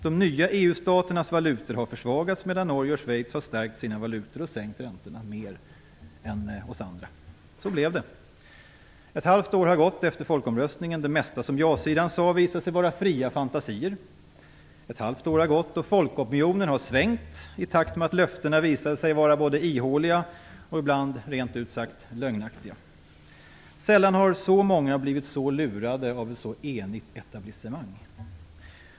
De nya EU-staternas valutor har försvagats, medan Norge och Schweiz har stärkt sina valutor och sänkt räntorna mer än andra. Så blev det. Ett halvår har gått efter folkomröstningen. Och det mesta som ja-sidan sade visade sig vara fria fantasier. Ett halvår har gått, och folkopinionen har svängt i takt med att löftena visade sig vara både ihåliga och ibland rent ut sagt lögnaktiga. Sällan har så många blivit så lurade av ett så enigt etablissemang.